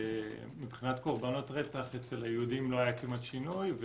מבחינת קורבנות רצח אצל היהודים לא היה כמעט שינוי,